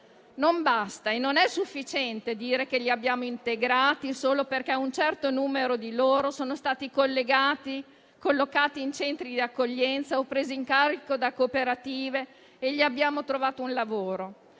Non basta e non è sufficiente dire che li abbiamo integrati, solo perché un certo numero di loro è stato collocato in un centro di accoglienza o preso in carico da cooperative e gli abbiamo trovato un lavoro.